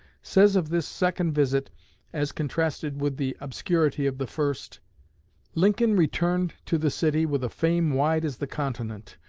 says of this second visit as contrasted with the obscurity of the first lincoln returned to the city with a fame wide as the continent,